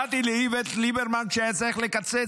באתי לאיווט ליברמן כשהיה צריך לקצץ,